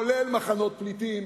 לרבות מחנות פליטים